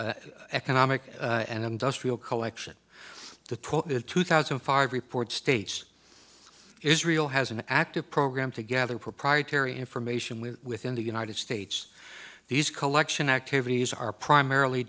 economic and industrial collection the two thousand and five report states israel has an active program to gather proprietary information with within the united states these collection activities are primarily